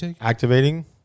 activating